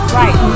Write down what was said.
right